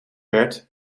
werd